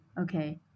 Okay